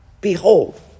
behold